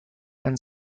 and